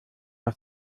auf